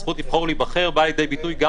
הזכות לבחור ולהיבחר באה לידי ביטוי גם